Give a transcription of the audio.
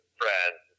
friends